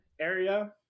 area